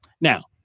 Now